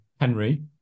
Henry